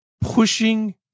pushing